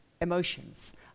emotions